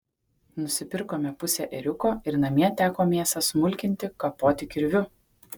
nusipirkome pusę ėriuko ir namie teko mėsą smulkinti kapoti kirviu